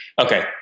Okay